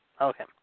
Okay